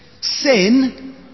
Sin